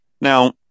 Now